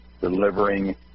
delivering